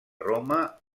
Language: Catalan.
roma